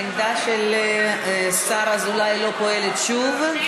העמדה של השר אזולאי לא פועלת שוב.